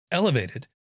elevated